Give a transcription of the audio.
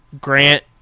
Grant